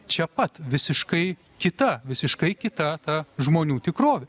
čia pat visiškai kita visiškai kita ta žmonių tikrovė